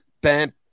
bam